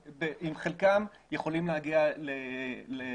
עם חלקם אנחנו יכולים להגיע להבנות.